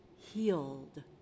healed